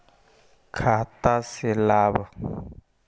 खाता से लाभ?